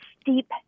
steep